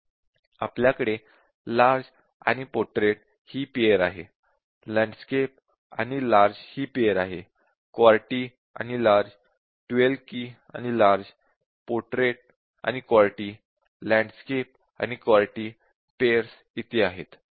आपल्याकडे लार्ज आणि पोर्ट्रेट ही पेअर आहे लँडस्केप आणि लार्ज आहे QWERTY आणि लार्ज आहे 12 key आणि लार्ज आहे पोर्ट्रेट आणि QWERTY आहे लँडस्केप आणि QWERTY इथे आहे